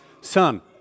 son